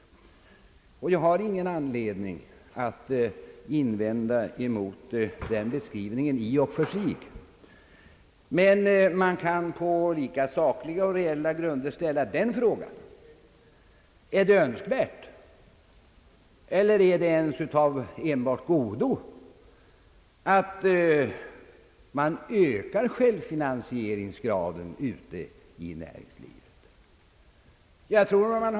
Jag har i och för sig ingen anledning att opponera mot den beskrivningen, men vi kan på lika sakliga och reella grunder ställa den frågan: Är det önskvärt eller ens enbart av godo att självfinansieringsgraden i näringslivet ökas?